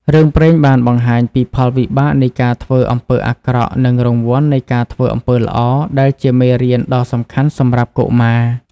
រឿងព្រេងបានបង្ហាញពីផលវិបាកនៃការធ្វើអំពើអាក្រក់ និងរង្វាន់នៃការធ្វើអំពើល្អ ដែលជាមេរៀនដ៏សំខាន់សម្រាប់កុមារ។